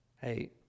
Hey